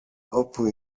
όπου